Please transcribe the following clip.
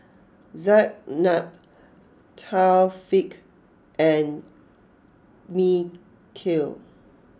Zaynab Thaqif and Mikhail